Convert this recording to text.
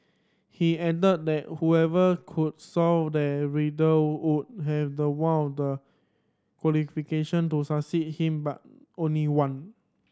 he added that whoever could solve the riddle would have the one of the qualification to succeed him but only one